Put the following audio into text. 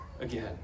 again